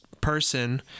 person